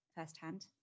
firsthand